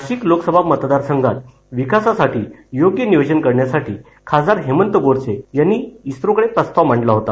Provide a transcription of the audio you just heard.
नाशिक लोकसभा मतदार संघात विकासासाठी योग्य नियोजन करण्यासाठी खासदार हेमंत गोडसे यांनी इस्रोकडे प्रस्ताव मांडला होता